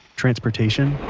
transportation.